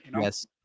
Yes